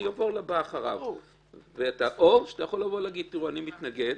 אעבור לבא אחריו; או שאתה יכול להגיד: אני מתנגד,